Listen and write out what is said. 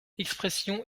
expressions